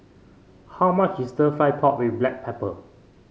how much is Stir Fried Pork with Black Pepper